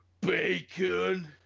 bacon